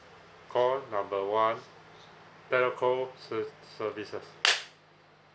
call number one telco ser~ services